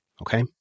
okay